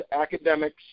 academics